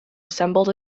assembled